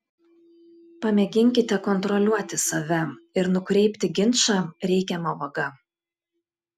pamėginkite kontroliuoti save ir nukreipti ginčą reikiama vaga